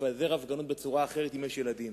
לפזר הפגנות בצורה אחרת אם יש ילדים,